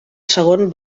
segon